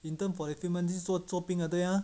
intern for that few months 就是做做兵了对吗